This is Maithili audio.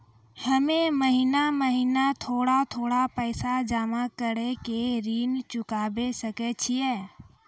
हम्मे महीना महीना थोड़ा थोड़ा पैसा जमा कड़ी के ऋण चुकाबै सकय छियै?